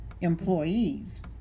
Employees